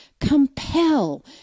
compel